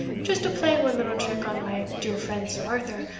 just to play one little trick on my dear friend sir arthur,